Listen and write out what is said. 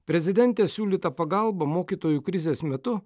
prezidentės siūlytą pagalbą mokytojų krizės metu